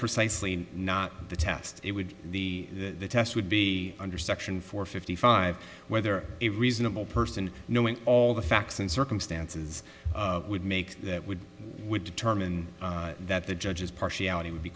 precisely not the test it would the test would be under section four fifty five whether a reasonable person knowing all the facts and circumstances would make that would would determine that the judge's partiality would be